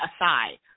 aside